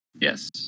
Yes